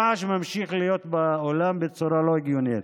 הרעש ממשיך להיות באולם בצורה לא הגיונית.